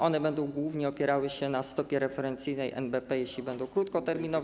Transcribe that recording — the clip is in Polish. One będą głównie opierały się na stopie referencyjnej NBP, jeśli będą krótkoterminowe.